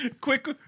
Quick